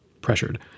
pressured